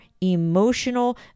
emotional